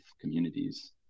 communities